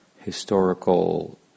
historical